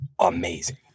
amazing